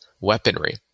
weaponry